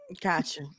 Gotcha